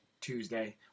tuesday